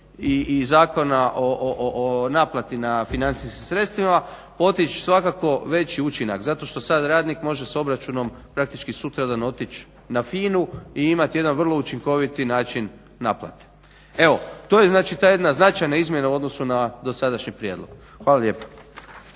i Zakona o naplati na financijskim sredstvima poticati svakako veći učinak. Zato što sad radnik može s obračunom praktički sutradan otići na FINA-u i imati jedan vrlo učinkoviti način naplate. Evo, to je znači ta jedna značajna izmjena u odnosu na dosadašnji prijedlog. Hvala lijepa.